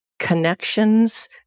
Connections